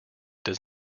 does